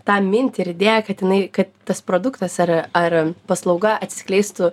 tą mintį ir idėją kad jinai kad tas produktas ar ar paslauga atsiskleistų